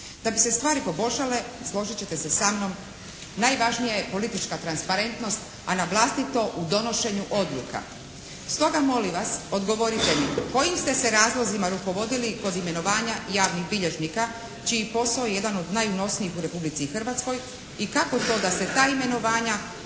Da bi se stvari poboljšale složiti ćete se samnom, najvažnija je politička transparentnost a na vlastito u donošenju odluka. Stoga molim vas, odgovorite mi, kojim ste se razlozima rukovodili kod imenovanja javnih bilježnika čiji posao je jedan od najunosniji u Republici Hrvatskoj i kako to da ste ta imenovanja